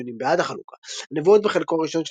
הטיעונים בעד החלוקה הנבואות בחלקו הראשון